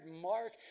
Mark